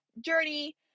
journey